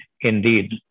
Indeed